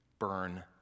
Burn